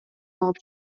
алып